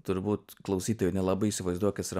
turbūt klausytojai nelabai įsivaizduojantis kas yra